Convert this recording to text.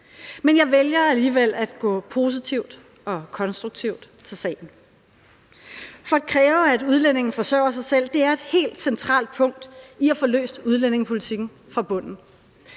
Men jeg vælger alligevel at gå positivt og konstruktivt til sagen. For at kræve, at udlændinge forsørger sig selv, er et helt centralt punkt med hensyn til at få løst problemerne med udlændingepolitikken fra bunden.